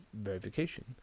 verification